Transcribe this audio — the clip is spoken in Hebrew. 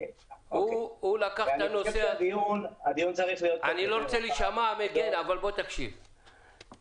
אני לא רוצה להישמע מגן, אבל הבחור